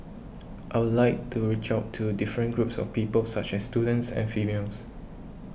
I'd like to reach out to different groups of people such as students and females